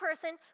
person